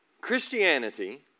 Christianity